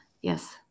yes